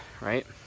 right